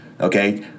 Okay